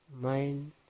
mind